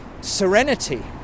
serenity